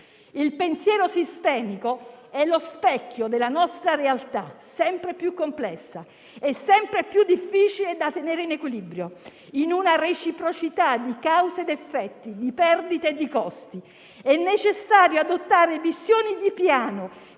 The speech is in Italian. Il pensiero sistemico è lo specchio della nostra realtà, sempre più complessa e sempre più difficile da tenere in equilibrio, in una reciprocità di cause ed effetti, di perdite e di costi. È necessario adottare missioni di piano